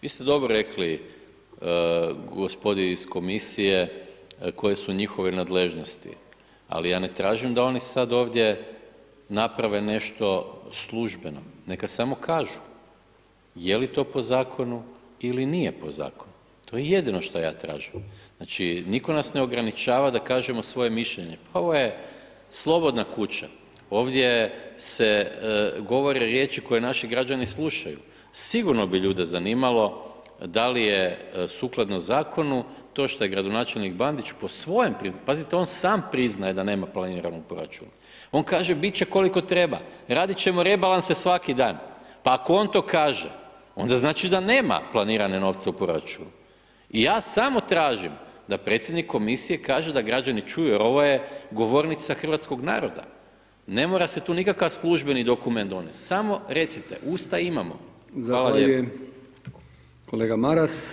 Vi ste dobro rekli gospodi iz komisije koje su njihove nadležnosti, ali ja ne tražim da oni sad ovdje naprave nešto službeno, neka samo kažu je li to po zakonu ili nije po zakonu, to je jedino što ja tražim, znači, nitko nas ne ograničava da kažemo svoje mišljenje, pa ovo je slobodna kuća, ovdje se govore riječi koje naši građani slušaju, sigurno bi ljude zanimalo da li je sukladno zakonu to što je gradonačelnik Bandić po svojem, pazite, on sam priznaje da nema planirani proračun, on kaže bit će koliko treba, radit ćemo rebalanse svaki dan, pa ako on to kaže, onda znači da nema planirane novce u proračunu i ja samo tražim da predsjednik komisije kaže da građani čuju jer ovo je govornica hrvatskog naroda, ne mora se tu nikakav službeni dokument donest, samo recite, usta imamo [[Upadica: Zahvaljujem…]] Hvala lijepo.